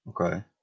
Okay